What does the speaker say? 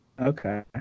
Okay